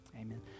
Amen